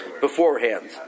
beforehand